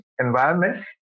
environment